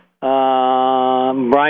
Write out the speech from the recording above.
Brian